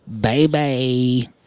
baby